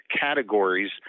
categories